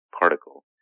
particle